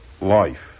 life